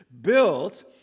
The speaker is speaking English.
built